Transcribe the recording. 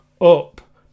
up